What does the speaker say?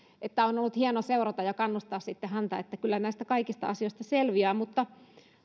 on ollut hieno seurata ja kannustaa häntä että kyllä näistä kaikista asioista selviää mutta